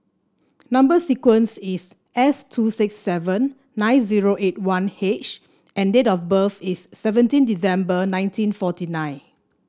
number sequence is S two six seven nine zero eight one H and date of birth is seventeen December nineteen forty nine